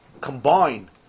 combine